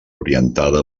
orientada